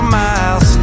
miles